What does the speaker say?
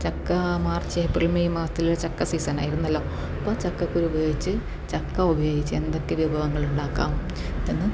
ചക്ക March April May മാസത്തിലെ ചക്ക സീസൺ ആയിരുന്നല്ലോ അപ്പോൾ ചക്കക്കുരു ഉപയോഗിച്ച് ചക്ക ഉപയോഗിച്ച് എന്തൊക്കെ വിഭവങ്ങൾ ഉണ്ടാക്കാം എന്ന്